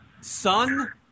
son